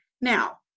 Now